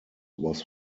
was